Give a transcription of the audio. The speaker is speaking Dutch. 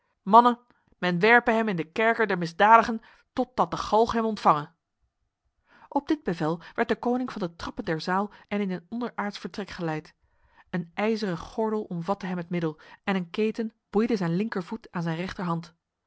mannen men werpe hem in de kerker der misdadigen totdat de galg hem ontvange op dit bevel werd deconinck van de trappen der zaal en in een onderaards vertrek geleid een ijzeren gordel omvatte hem het middel en een keten boeide zijn linkervoet aan zijn rechterhand